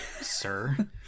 Sir